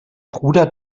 bruder